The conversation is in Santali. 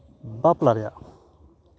ᱵᱟᱯᱞᱟ ᱨᱮᱭᱟᱜ